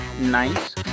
nice